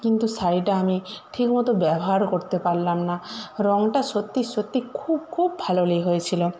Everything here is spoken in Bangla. কিন্তু শাড়িটা আমি ঠিকমতো ব্যবহারও করতে পারলাম না রঙটা সত্যি সত্যি খুব খুব ভালো হয়েছিলো